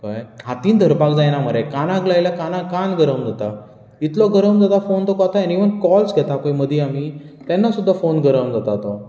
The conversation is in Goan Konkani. कळ्ळें हातींत धरपाक जायना मरे कानाक लायल्यार कानाक कान गरम जाता इतलो गरम जाता फोन तो कोता येना इवन कॉल घेता पळय मदीं आमी तेन्ना सुद्दां फोन गरम जाता तो